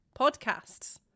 podcasts